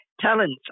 talents